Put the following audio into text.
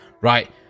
right